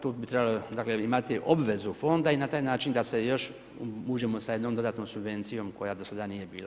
Tu bi trebalo imati obvezu fonda i na taj način da se još uđemo sa jednom dodatnom subvencijom koja do sada nije bila.